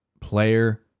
player